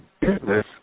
business